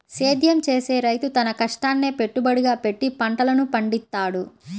సేద్యం చేసే రైతు తన కష్టాన్నే పెట్టుబడిగా పెట్టి పంటలను పండిత్తాడు